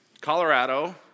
Colorado